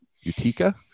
Utica